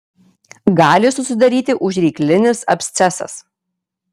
gali susidaryti užryklinis abscesas